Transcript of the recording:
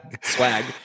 swag